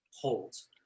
holds